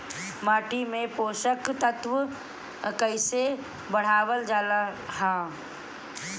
माटी में पोषक तत्व कईसे बढ़ावल जाला ह?